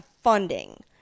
funding